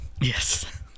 Yes